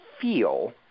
feel